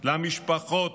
למשפחות: